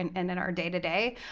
and and in our day to day,